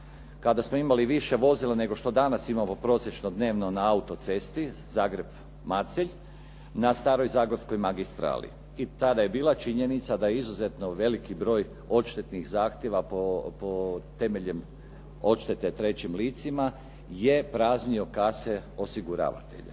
kada smo imali više vozila nego što danas imamo prosječno dnevno na auto-cesti Zagreb-Macelj, na staroj Zagorskoj magistrali i tada je bila činjenica da izuzetno veliki broj odštetnih zahtjeva temeljem odštete trećim licima je praznio kase osiguravatelja.